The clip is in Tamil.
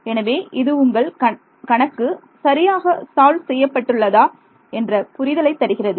எனவே இது உங்கள் கணக்கு சரியாக சால்வ் செய்யப்பட்டுள்ளதா என்ற புரிதலை தருகிறது